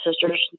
sisters